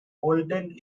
golden